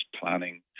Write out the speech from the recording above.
planning